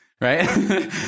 right